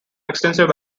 extensive